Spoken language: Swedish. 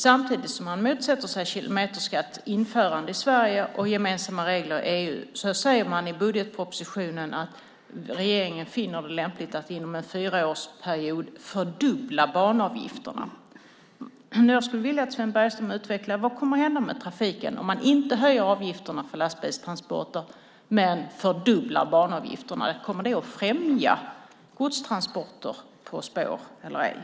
Samtidigt som man motsätter sig införande av kilometerskatt i Sverige och gemensamma regler i EU säger regeringen i budgetpropositionen att man finner det lämpligt att inom en fyrårsperiod fördubbla banavgifterna. Jag skulle vilja att Sven Bergström utvecklar vad som kommer att hända med trafiken om man inte höjer avgifterna för lastbilstransporter men fördubblar banavgifterna. Kommer det att främja godstransporter på spår eller ej?